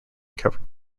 covered